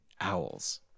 owls